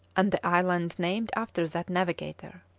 and the island named after that navigator.